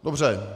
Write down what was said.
Dobře.